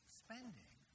spending